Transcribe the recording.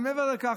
ומעבר לכך,